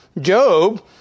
Job